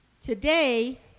Today